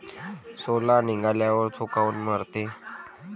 सोला निघाल्यावर थो काऊन मरते?